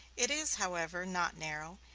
it is, however, not narrow,